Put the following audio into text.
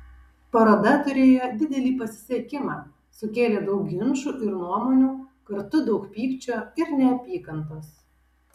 paroda turėjo didelį pasisekimą sukėlė daug ginčų ir nuomonių kartu daug pykčio ir neapykantos